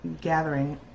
gathering